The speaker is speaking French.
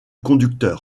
conducteur